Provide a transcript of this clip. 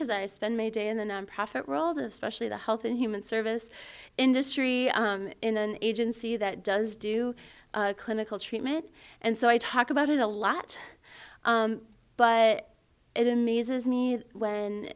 because i spend my day in the nonprofit world especially the health and human service industry in an agency that does do clinical treatment and so i talk about it a lot but it amazes me when